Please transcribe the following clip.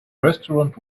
restaurant